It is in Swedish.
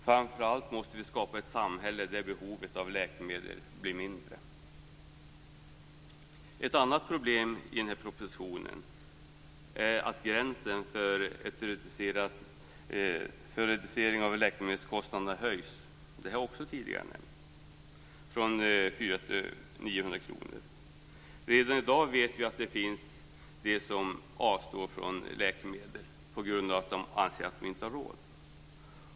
Framför allt måste vi skapa ett samhälle där behovet av läkemedel blir mindre. Ett annat problem i den här propositionen är att gränsen för en reducering av läkemedelskostnaderna höjs från 400 kr till 900 kr. Detta har också nämnts tidigare. Redan i dag vet vi att det finns de som avstår från läkemedel på grund av att de anser att de inte har råd.